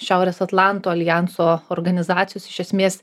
šiaurės atlanto aljanso organizacijos iš esmės